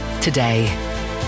today